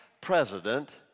president